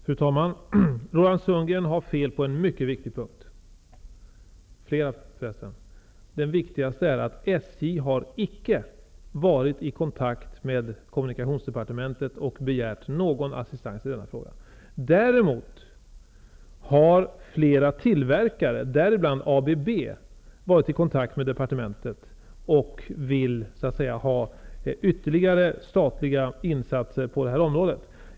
Fru talman! Roland Sundgren har fel på en mycket viktig punkt, ja, på flera punkter. Den viktigaste är att SJ icke har varit i kontakt med kommunikationsdepartementet och begärt någon assistans i denna fråga. Däremot har flera tillverkare, däribland ABB, varit i kontakt med departementet och vill att det skall göras ytterligare statliga insatser på det här området.